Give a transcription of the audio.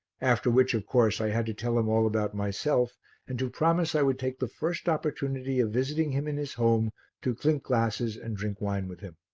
after which, of course, i had to tell him all about myself and to promise i would take the first opportunity of visiting him in his home to clink glasses and drink wine with him.